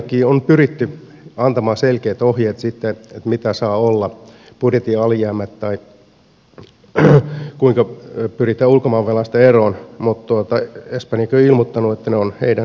espanjaankin on pyritty antamaan selkeät ohjeet siitä mitä saa olla budjetin alijäämä tai kuinka pyritään ulkomaan velasta eroon mutta espanjakin on ilmoittanut että ne ovat heidän suvereeneja päätöksiään